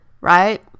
right